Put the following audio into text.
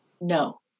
No